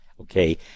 Okay